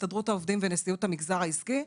הסתדרות העובדים ונשיאות המגזר העסקי.